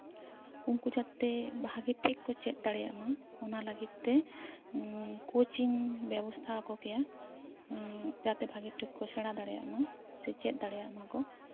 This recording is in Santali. ᱩᱱᱠᱩ ᱡᱟᱛᱮ ᱵᱷᱟᱜᱮ ᱴᱷᱤᱠ ᱠᱚ ᱪᱮᱫ ᱫᱟᱲᱮᱭᱟᱜ ᱢᱟ ᱚᱱᱟ ᱞᱟᱹᱜᱤᱫ ᱛᱮ ᱠᱚᱪᱤᱧ ᱵᱮᱵᱚᱥᱛᱷᱟ ᱟᱠᱚ ᱠᱮᱭᱟ ᱡᱟᱛᱮ ᱵᱷᱟᱜᱮ ᱴᱷᱤᱠ ᱠᱚ ᱥᱮᱬᱟ ᱫᱟᱲᱮᱭᱟᱜ ᱢᱟ ᱥᱮ ᱪᱮᱫ ᱫᱟᱲᱮᱭᱟᱜ ᱢᱟᱠᱚ